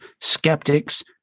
skeptics